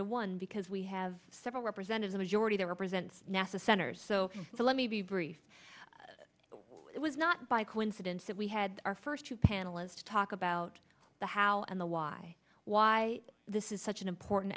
to one because we have several represented a majority that represents nasa centers so let me be brief it was not by coincidence that we had our first two panelists to talk about the how and the why why this is such an important